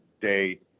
day